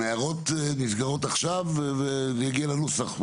ההערות נסגרות עכשיו, ונגיע לנוסח.